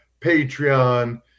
Patreon